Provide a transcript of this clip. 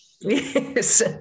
Yes